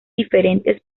diferentes